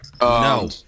No